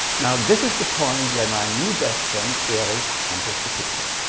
now this is the point where my new best friend erich enters the picture.